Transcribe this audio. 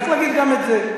צריך להגיד גם את זה.